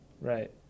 Right